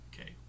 Okay